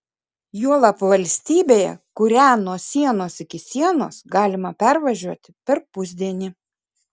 juolab valstybėje kurią nuo sienos iki sienos galima pervažiuoti per pusdienį